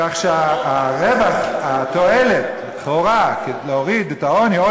כך שהתועלת לכאורה להוריד את העוני או